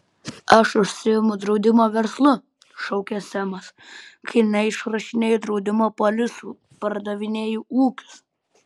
aš užsiimu draudimo verslu šaukė semas kai neišrašinėju draudimo polisų pardavinėju ūkius